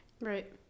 Right